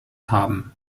haben